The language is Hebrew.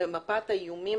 למפת האיומים